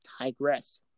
Tigress